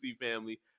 family